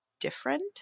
different